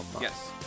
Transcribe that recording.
Yes